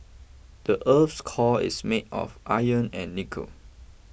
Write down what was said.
the earth's core is made of iron and nickel